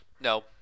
No